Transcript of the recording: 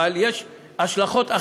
אבל יש השלכות אחרות.